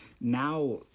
now